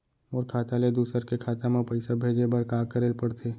मोर खाता ले दूसर के खाता म पइसा भेजे बर का करेल पढ़थे?